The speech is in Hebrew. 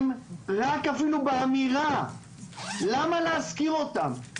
הם, רק אפילו באמירה, למה להזכיר אותם?